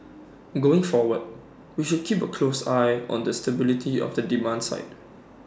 going forward we should keep A close eye on the stability of the demand side